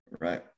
Right